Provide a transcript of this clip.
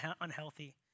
unhealthy